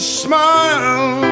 smile